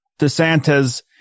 DeSantis